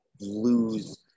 lose